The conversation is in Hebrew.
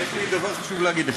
יש לי דבר חשוב להגיד לך.